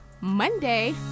Monday